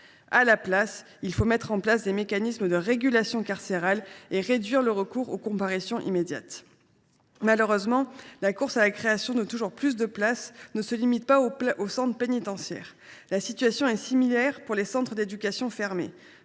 À la place, il faudrait plutôt mettre en place des mécanismes de régulation carcérale et réduire le recours aux comparutions immédiates. Malheureusement, la course pour créer toujours plus de places ne se limite pas aux centres pénitentiaires. La situation est similaire pour les centres éducatifs fermés.